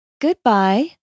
Goodbye